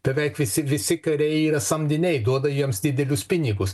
beveik visi visi kariai yra samdiniai duoda jiems didelius pinigus